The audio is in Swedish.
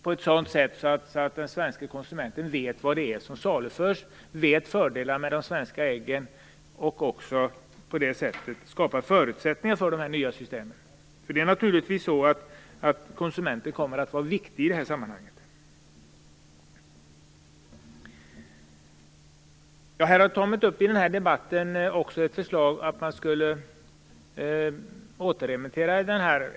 Detta bör ske på ett sådant sätt att den svenske konsumenten vet vad det är som saluförs, och vilka fördelarna med de svenska äggen är. På det sättet skapas förutsättningar för de nya systemen. Konsumenten kommer naturligtvis att vara viktig i det här sammanhanget. I den här debatten har det också kommit upp ett förslag om att man skall återremittera ärendet.